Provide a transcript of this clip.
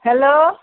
hello